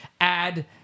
add